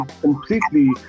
completely